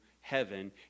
heaven